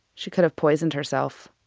she could have poisoned herself.